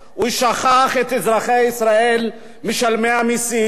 הוא שכח את אזרחי ישראל משלמי המסים,